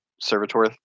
servitor